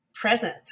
Present